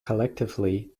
collectively